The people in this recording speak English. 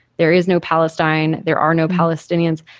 there is no palestine, there are no palestinians.